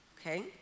Okay